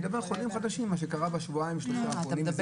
מה שקרה בשבועיים-שלושה האחרונים.